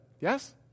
Yes